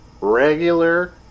regular